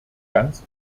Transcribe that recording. ganz